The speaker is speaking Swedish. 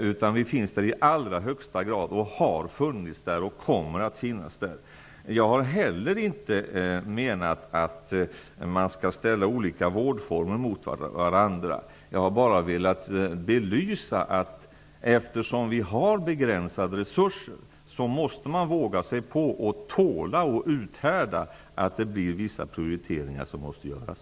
Sverige finns i allra högsta grad där, har funnits där och kommer att finnas där. Jag har inte heller menat att man skall ställa olika vårdformer mot varandra. Jag har bara velat belysa att eftersom resurserna är begränsade måste man våga sig på att tåla och uthärda att vissa prioriteringar måste göras.